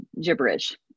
gibberish